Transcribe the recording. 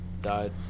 Died